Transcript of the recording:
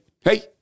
hey